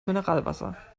mineralwasser